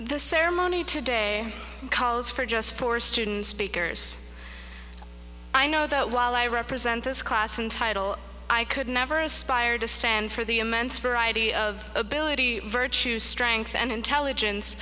the ceremony today calls for just four students speakers i know that while i represent this class and title i could never aspired to stand for the immense variety of ability virtues strength and intelligence